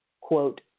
quote